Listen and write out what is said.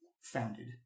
founded